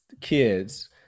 kids